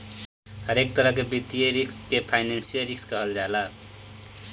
हरेक तरह के वित्तीय रिस्क के फाइनेंशियल रिस्क कहल जाला